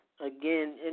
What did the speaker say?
again